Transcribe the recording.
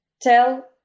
tell